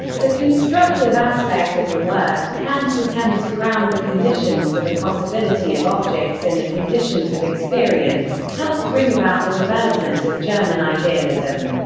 the constructive aspect of the work, kant's attempt to ground the conditions for the possibility of objects in the conditions of experience, helped bring about the development of german idealism.